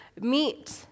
meet